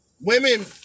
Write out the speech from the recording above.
women